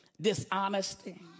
dishonesty